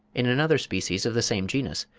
in another species of the same genus,